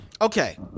Okay